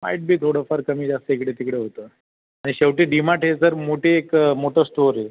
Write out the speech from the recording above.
might be थोडंफार कमी जास्त इकडे तिकडे होतं आणि शेवटी डी मार्ट हे तर मोठी एक मोठं स्टोअर आहे